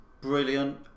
brilliant